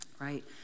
right